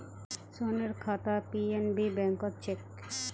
सोहनेर खाता पी.एन.बी बैंकत छेक